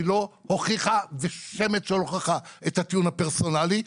שהיא לא הוכיחה בשמץ של הוכחה את הטיעון הפרסונלי,